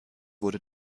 wurde